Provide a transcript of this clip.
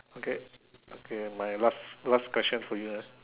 okay okay my last last question for you ah